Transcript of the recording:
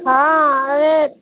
हँ अरे